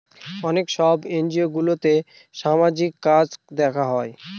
অনেক সব এনজিওগুলোতে সামাজিক কাজ দেখা হয়